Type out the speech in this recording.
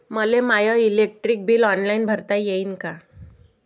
मले माय electric bill online भरता येईन का?